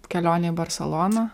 kelionė į barseloną